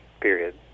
period